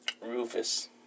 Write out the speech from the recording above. Rufus